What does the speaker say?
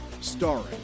starring